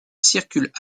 circulent